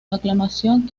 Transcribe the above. aclamación